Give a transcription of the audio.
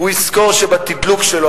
הוא יזכור שבתדלוק שלו,